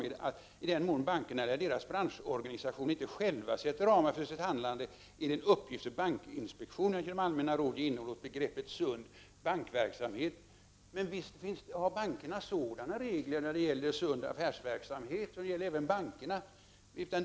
Det heter: ”I den mån bankerna eller deras branschorganisationer inte själva sätter ramar för sitt handlande är det en uppgift för bankinspektionen att genom allmänna råd ge innehåll åt begreppet sund bankverksamhet”. Men visst finns det regler när det gäller sund affärsverksamhet, och det gäller även beträffande bankerna.